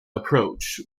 approach